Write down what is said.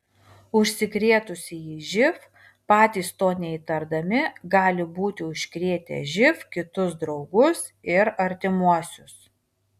užsikrėtusieji živ patys to neįtardami gali būti užkrėtę živ kitus draugus ir artimuosius